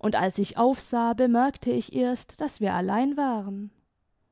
und als ich aufsah bemerkte ich erst daß wir allein waren